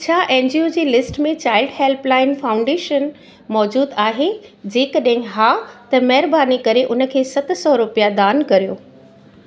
छा एनजीओ जी लिस्ट में चाइल्ड हेल्पलाइन फाउंडेशन मौजूदु आहे जेकॾहिं हा त महिरबानी करे उन खे सत सौ रुपया दान कयो